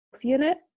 Unit